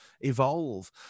evolve